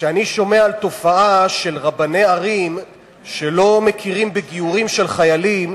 כשאני שומע על תופעה של רבני ערים שלא מכירים בגיורים של חיילים,